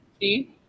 See